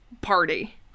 party